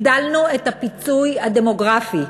הגדלנו את הפיצוי הדמוגרפי.